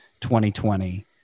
2020